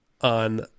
on –